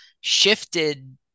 shifted